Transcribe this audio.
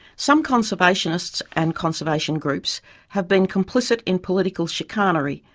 some conservationists and conservation groups have been complicit in political chicanery,